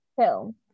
film